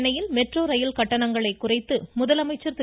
சென்னையில் metro rail கட்டணங்களை குறைத்து முதலமைச்சர் திரு